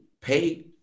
pay